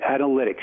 analytics